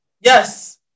Yes